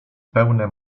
pełne